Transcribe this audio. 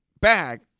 bag